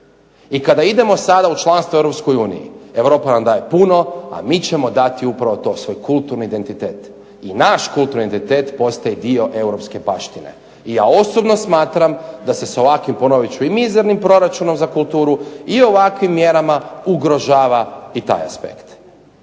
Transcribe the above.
I kada idemo sada u članstvo u Europskoj uniji, Europa nam daje puno, a mi ćemo dati upravo to, svoj kulturni identitet, i naš kulturni identitet postaje dio europske baštine. I ja osobno smatram da se s ovakvim, ponovit ću i mizernim proračunom za kulturu i ovakvim mjerama ugrožava i taj aspekt.